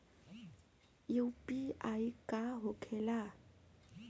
UPI का होखेला?